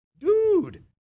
dude